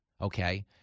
okay